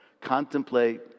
contemplate